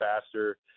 faster